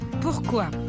Pourquoi